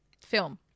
film